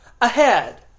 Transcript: ahead